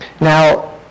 Now